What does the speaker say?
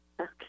Okay